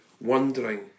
wondering